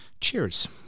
cheers